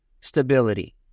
Stability